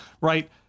right